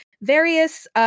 various